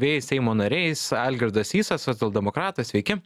dviejais seimo nariais algirdas sysas socialdemokratas sveiki